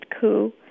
coup